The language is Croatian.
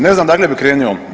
Ne znam odakle bi krenio.